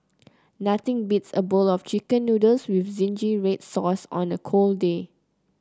nothing beats a bowl of chicken noodles with zingy red sauce on a cold day